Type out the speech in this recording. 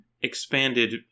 expanded